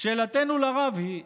"שאלתנו לרב היא,